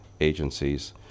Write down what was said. agencies